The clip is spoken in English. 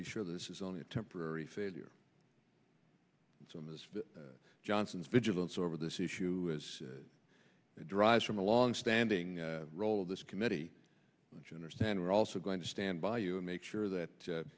be sure this is only a temporary failure so mr johnson's vigilance over this issue is the drives from a long standing role of this committee which understand we're also going to stand by you and make sure that u